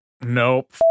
Nope